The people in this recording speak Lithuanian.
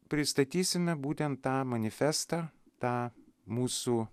pristatysime būtent tą manifestą tą mūsų